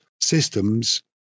systems